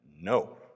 no